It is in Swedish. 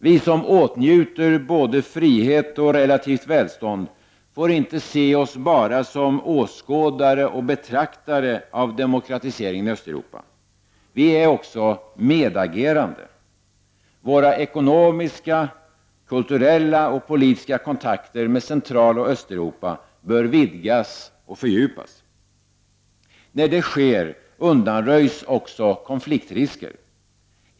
Vi som åtnjuter både frihet och relativt välstånd får inte se oss bara som åskådare och betraktare av demokratiseringen i Östeuropa. Vi är också medagerande. Våra ekonomiska, kulturella och politiska kontakter med Centraloch Östeuropa bör vidgas och fördjupas. När det sker undanröjs också konfliktrisker.